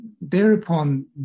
thereupon